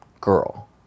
girl